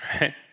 right